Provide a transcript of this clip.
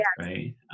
right